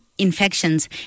Infections